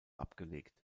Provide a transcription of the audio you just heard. abgelegt